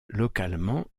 localement